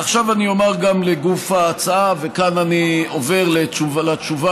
עכשיו אומר גם לגוף ההצעה וכאן אני עובר לתשובה